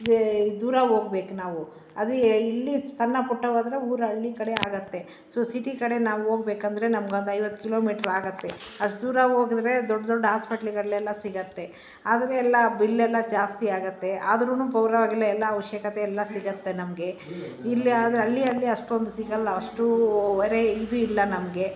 ದೂರ ಹೋಗ್ಬೇಕು ನಾವು ಅದು ಯ ಇಲ್ಲಿ ಸಣ್ಣಪುಟ್ಟವಾದರೆ ಊರು ಹಳ್ಳಿ ಕಡೆ ಆಗತ್ತೆ ಸೊ ಸಿಟಿ ಕಡೆ ನಾವು ಹೋಗ್ಬೇಕಂದ್ರೆ ನಮ್ಗೆ ಒಂದು ಐವತ್ತು ಕಿಲೋಮೀಟ್ರ್ ಆಗತ್ತೆ ಅಷ್ಟು ದೂರ ಹೋದ್ರೆ ದೊಡ್ಡ ದೊಡ್ಡ ಹಾಸ್ಪೆಟ್ಲ್ಗಳೆಲ್ಲ ಸಿಗತ್ತೆ ಆದರೆ ಎಲ್ಲ ಬಿಲ್ಲೆಲ್ಲ ಜಾಸ್ತಿಯಾಗತ್ತೆ ಆದ್ರೂ ಪರವಾಗಿಲ್ಲ ಎಲ್ಲ ಅವಶ್ಯಕತೆ ಎಲ್ಲ ಸಿಗತ್ತೆ ನಮಗೆ ಇಲ್ಲಿ ಆದರೆ ಹಳ್ಳಿಯಲ್ಲಿ ಅಷ್ಟೊಂದು ಸಿಗಲ್ಲ ಅಷ್ಟೂವರೆ ಇದು ಇಲ್ಲ ನಮಗೆ